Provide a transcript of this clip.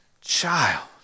child